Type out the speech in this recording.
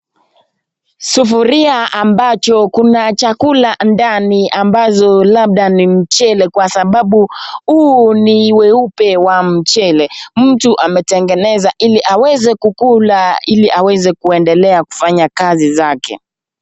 Sufuria ambacho kuna chakula ambazo labda ni mchele kwa sababu huu ni weupe wa mchele, mtu ametengeneza ili aweze kukula ili aweze kuendelea kufanya kazi zake.